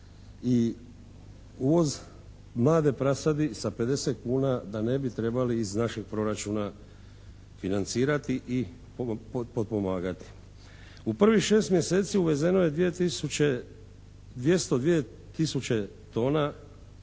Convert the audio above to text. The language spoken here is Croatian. i uvoz mlade prasadi sa 50 kuna da ne bi trebali iz našeg proračuna financirati i potpomagati. U prvih šest mjeseci uvezeno je 202 tisuće tona,